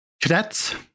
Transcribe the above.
Cadets